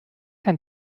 kann